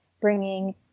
bringing